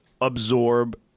absorb